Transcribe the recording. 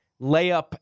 layup